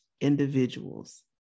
individuals